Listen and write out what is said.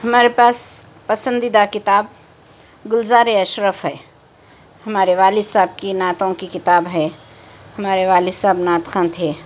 ہمارے پاس پسندیدہ کتاب گلزارِ اشرف ہے ہمارے والد صاحب کی نعتوں کی کتاب ہے ہمارے والد صاحب نعت خواں تھے